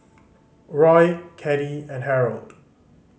Roy Caddie and Harold